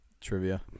trivia